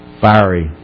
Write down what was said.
fiery